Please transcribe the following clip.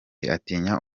atinya